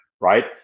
right